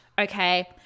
okay